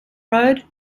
road